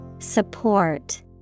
Support